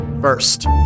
first